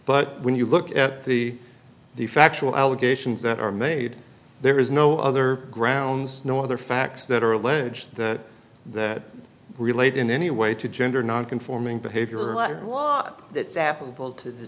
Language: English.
but when you look at the the factual allegations that are made there is no other grounds no other facts that are alleged that relate in any way to gender nonconforming behavior a lot that's applicable to the